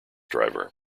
driver